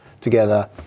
together